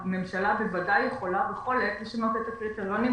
הממשלה בוודאי יכולה בכל עת לשנות את הקריטריונים,